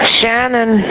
Shannon